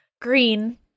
Green